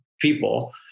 people